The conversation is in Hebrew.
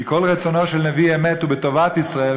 כי כל רצונו של נביא אמת הוא בטובת ישראל,